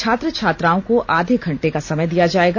छात्र छात्राओं को आधे घंटे का समय दिया जाएगा